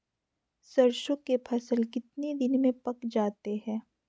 सरसों के फसल कितने दिन में पक जाते है?